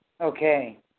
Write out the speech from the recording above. Okay